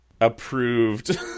approved